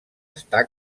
està